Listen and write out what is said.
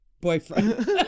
boyfriend